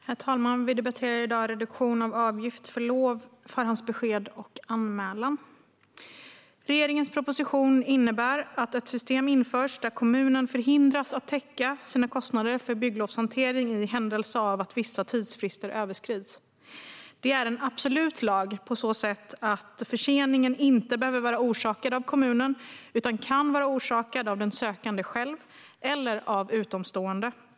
Herr talman! Vi debatterar nu reduktion av avgift för lov, förhandsbesked och anmälan. Reduktion av avgift för lov, förhandsbesked och anmälan Regeringens proposition innebär att ett system införs där kommunen förhindras att täcka sina kostnader för bygglovshantering i händelse av att vissa tidsfrister överskrids. Det är en absolut lag på så sätt att förseningen inte behöver vara orsakad av kommunen utan kan vara orsakad av den sökande själv eller av utomstående.